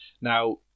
now